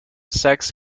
sex